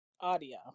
audio